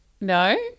No